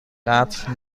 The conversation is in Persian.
قتل